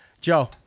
Joe